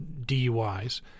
DUIs